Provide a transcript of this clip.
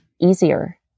easier